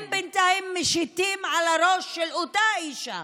הם, בינתיים, משיתים על הראש של אותה אישה,